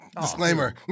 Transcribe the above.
Disclaimer